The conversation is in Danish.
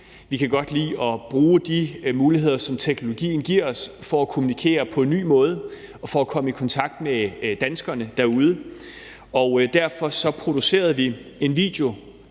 Vi kan godt lide at bruge de muligheder, som teknologien giver os, for at kommunikere på en ny måde og for at komme i kontakt med danskerne derude. Derfor producerede vi en video